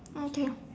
okay